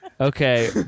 Okay